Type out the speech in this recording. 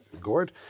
gourd